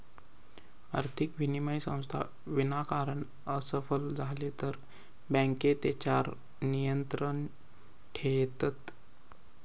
आर्थिक विनिमय संस्था विनाकारण असफल झाले तर बँके तेच्यार नियंत्रण ठेयतत